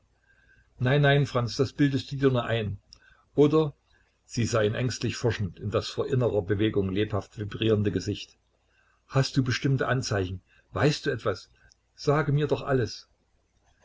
nein nein franz das bildest du dir nur ein oder sie sah ihn ängstlich forschend in das vor innerer bewegung lebhaft vibrierende gesicht hast du bestimmte anzeichen weißt du etwas sage mir doch alles